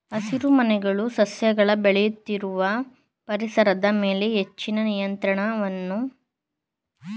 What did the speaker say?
ಹಸಿರುಮನೆಗಳು ಸಸ್ಯಗಳ ಬೆಳೆಯುತ್ತಿರುವ ಪರಿಸರದ ಮೇಲೆ ಹೆಚ್ಚಿನ ನಿಯಂತ್ರಣವನ್ನು ಅನುಮತಿಸ್ತದೆ